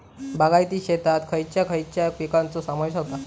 बागायती शेतात खयच्या खयच्या पिकांचो समावेश होता?